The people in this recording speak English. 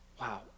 Wow